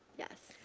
yes.